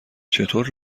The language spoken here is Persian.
چطور